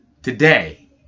today